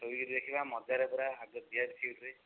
ଶୋଇକିରି ଦେଖିବା ମଜାରେ ପୁରା ଆଗ ଭି ଆଇ ପି ସିଟ୍ରେ